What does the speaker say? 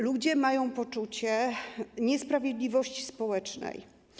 Ludzie mają poczucie niesprawiedliwości społecznej.